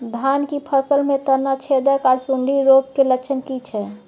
धान की फसल में तना छेदक आर सुंडी रोग के लक्षण की छै?